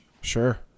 Sure